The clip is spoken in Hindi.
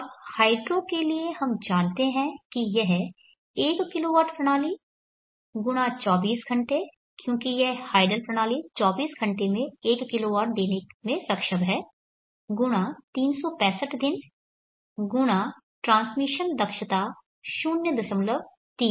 अब हाइड्रो के लिए हम जानते हैं कि यह 1 kW प्रणाली × 24 घंटे क्योंकि यह हाइडल प्रणाली 24 घंटे में 1 किलोवाट देने में सक्षम है × 365 दिन × ट्रांसमिशन दक्षता 03 है